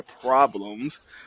problems